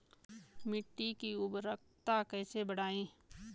मिट्टी की उर्वरकता कैसे बढ़ायें?